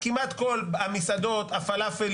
אחרי שהמנגנון הזה מופעל.